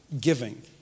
giving